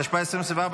התשפ"ג 2024,